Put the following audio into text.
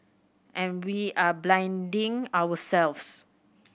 and we are blinding ourselves